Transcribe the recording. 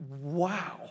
Wow